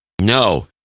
No